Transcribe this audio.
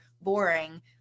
boring